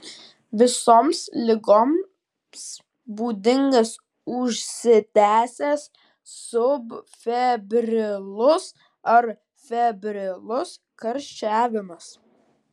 visoms ligoms būdingas užsitęsęs subfebrilus ar febrilus karščiavimas